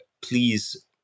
please